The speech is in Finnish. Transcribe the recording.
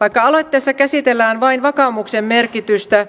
vaikka aloitteessa käsitellään vain vakaumuksen merkitystä